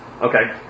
Okay